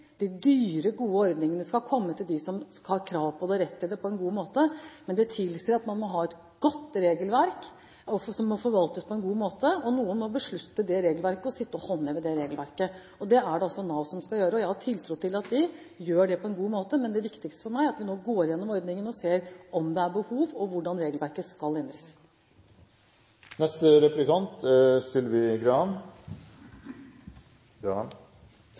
De dyre, gode ordningene skal gis dem som har krav på og rett til dette, men det tilsier at man må ha et godt regelverk, som må forvaltes på en god måte, og noen må beslutte det regelverket og håndheve det. Det er det altså Nav som skal gjøre, og jeg har tiltro til at de gjør det på en god måte. Men det viktigste for meg er at vi nå går gjennom ordningen og ser på om det er behov for at regelverket skal endres.